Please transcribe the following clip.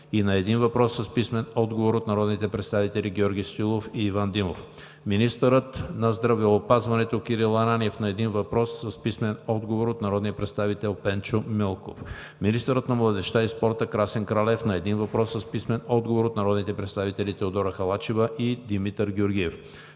и на един въпрос с писмен отговор от народните представители Георги Стоилов и Иван Димов; - министърът на здравеопазването Кирил Ананиев – на един въпрос с писмен отговор от народния представител Пенчо Милков; - министърът на младежта и спорта Красен Кралев – на един въпрос с писмен отговор от народните представители Теодора Халачева и Димитър Георгиев.